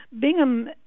Bingham